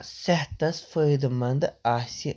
صحتَس فٲیدٕ منٛد آسہِ